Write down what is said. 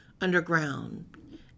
underground